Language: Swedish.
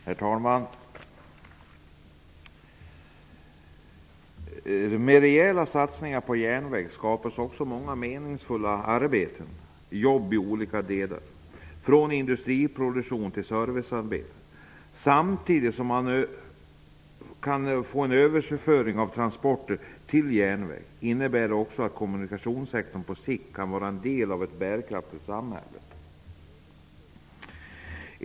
Herr talman! Med rejäla satsningar på järnväg skapas också många meningsfulla arbeten på olika områden från industriproduktion till servicearbete. Det innebär att samtidigt som vi kan få en överföring av transporter till järnväg kan kommunikationssektorn på sikt bli en del av ett bärkraftigt samhälle.